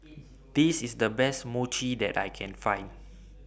This IS The Best Mochi that I Can Find